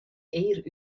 eir